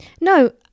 No